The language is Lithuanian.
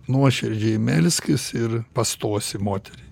nuoširdžiai melskis ir pastosi moterie